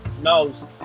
knows